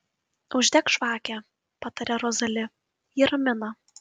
uždek žvakę pataria rozali ji ramina